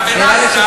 נראה לי,